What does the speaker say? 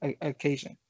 occasion